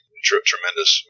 tremendous